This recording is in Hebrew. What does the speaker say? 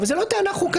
אבל זאת לא טענה חוקתית,